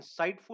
insightful